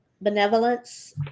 benevolence